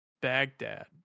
Baghdad